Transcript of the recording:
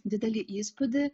didelį įspūdį